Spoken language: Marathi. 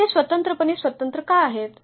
ते स्वतंत्रपणे स्वतंत्र का आहेत